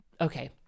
okay